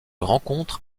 rencontre